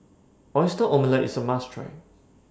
Oyster Omelette IS A must Try